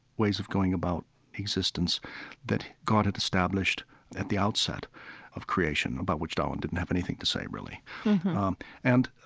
ways of going about existence that god had established at the outset of creation, about which darwin didn't have anything to say, really and